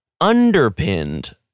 underpinned